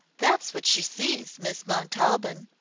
that's what she sees, miss montaubyn.